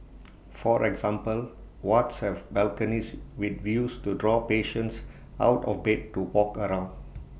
for example wards have balconies with views to draw patients out of bed to walk around